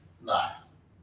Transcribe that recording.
Nice